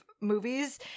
movies